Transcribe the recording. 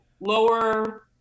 lower